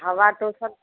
हवा तो सर